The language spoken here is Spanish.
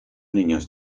niños